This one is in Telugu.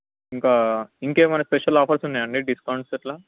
ఇంకా ఇంకేమన్న స్పెషల్ ఆఫర్స్ ఉన్నాయండి డిస్కౌంట్స్ అట్లా